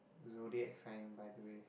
zodiac sign by the way